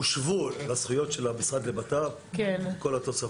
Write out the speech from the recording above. הושוו לזכויות של המשרד לביטחון הפנים.